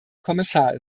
kommissar